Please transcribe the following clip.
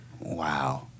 Wow